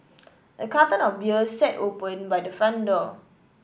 a carton of beer sat open by the front door